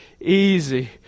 Easy